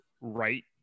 right